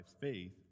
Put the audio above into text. faith